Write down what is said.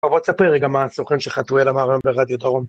אבל בוא תספר לי רגע מה הסוכן של חתואל אמר היום ברדיו-דרום.